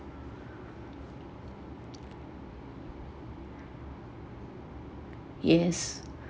yes